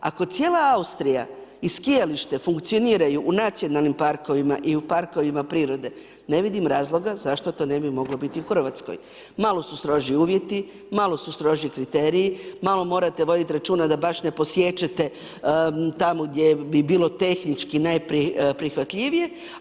Ako cijela Austrija i skijalište funkcioniraju u nacionalnim parkovima i u parkovima prirode ne vidim razloga zašto to ne bi moglo biti u Hrvatskoj, malo su strožiji uvjeti, malo su strožiji kriteriji, malo morate voditi računa da baš ne posiječete tamo gdje bi bilo tehnički najprihvatljivije.